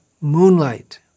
moonlight